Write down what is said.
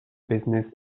business